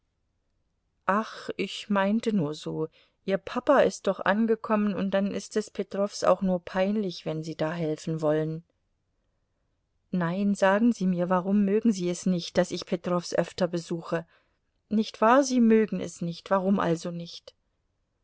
ach ich meinte nur so ihr papa ist doch angekommen und dann ist es petrows auch nur peinlich wenn sie da helfen wollen nein sagen sir mir warum mögen sie es nicht daß ich petrows öfter besuche nicht wahr sie mögen es nicht warum also nicht